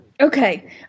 Okay